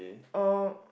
oh